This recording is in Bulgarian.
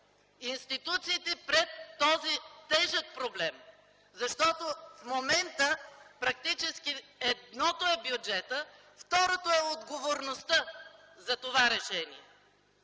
институциите пред този тежък проблем, защото в момента практически едното е бюджетът, второто е отговорността за това решение.